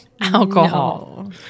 alcohol